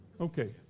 Okay